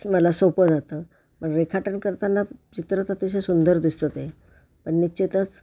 मला सोपं जातं मग रेखाटन करताना चित्रच अतिशय सुंदर दिसतं ते पण निश्चितच